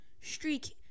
streak